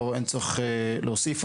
אין צורך להוסיף,